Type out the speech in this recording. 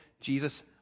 Jesus